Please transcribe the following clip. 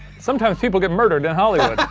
sometimes people get murdered in hollywood.